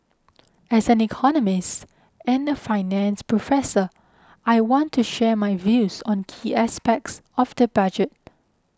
as an economist and a finance professor I want to share my views on key aspects of the budget